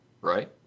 Right